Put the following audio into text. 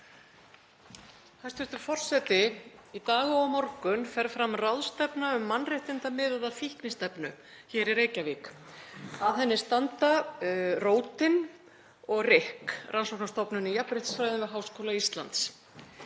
Hæstv. forseti. Í dag og á morgun fer fram ráðstefna um mannréttindamiðaða fíknistefnu hér í Reykjavík. Að henni standa Rótin og RIKK, rannsóknarstofnun í jafnréttisfræðum við Háskóla Íslands.